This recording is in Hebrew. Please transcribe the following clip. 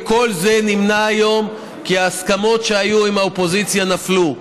וכל זה נמנע היום כי ההסכמות שהיו עם האופוזיציה נפלו.